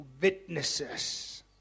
witnesses